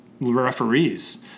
referees